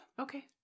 Okay